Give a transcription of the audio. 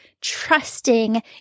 trusting